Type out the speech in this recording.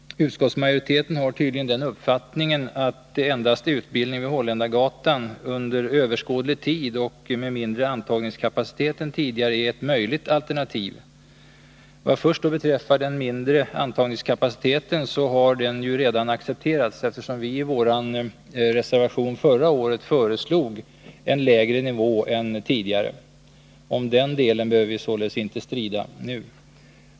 Utskottsmajoriteten har tydligen den uppfattningen att endast utbildning vid Holländargatan under överskådlig tid och med mindre antagningskapacitet än tidigare är ett möjligt alternativ. Vad först beträffar ”mindre antagningskapacitet” har denna redan accepterats, eftersom vi i vår reservation förra året föreslog en lägre nivå än tidigare. Om den delen behöver vi således inte strida.